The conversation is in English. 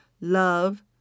Love